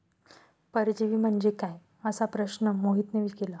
परजीवी म्हणजे काय? असा प्रश्न मोहितने केला